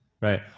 Right